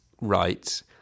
right